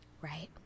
Right